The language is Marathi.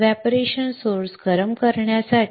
एव्हपोरेशन स्त्रोत गरम करण्यासाठी